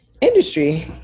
industry